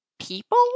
people